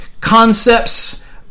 concepts